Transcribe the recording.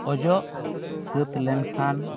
ᱚᱡᱚᱜ ᱥᱟᱹᱛ ᱞᱮᱱ ᱠᱷᱟᱱ